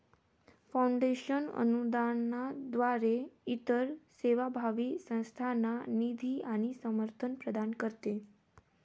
foundation अनुदानाद्वारे इतर सेवाभावी संस्थांना निधी आणि समर्थन प्रदान करते